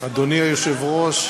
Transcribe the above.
אדוני היושב-ראש,